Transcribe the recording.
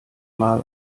mal